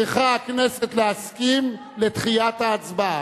צריכה הכנסת להסכים לדחיית ההצבעה.